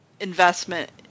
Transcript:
investment